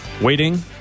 waiting